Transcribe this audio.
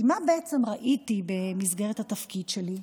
כי מה בעצם ראיתי במסגרת התפקיד שלי?